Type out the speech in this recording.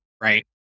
right